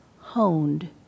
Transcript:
honed